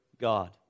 God